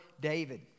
David